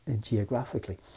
geographically